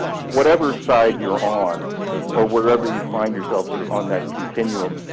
whatever side you're on or wherever you find yourself sort of on that continuum,